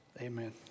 Amen